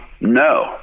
No